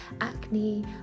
acne